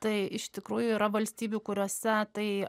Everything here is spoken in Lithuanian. tai iš tikrųjų yra valstybių kuriose tai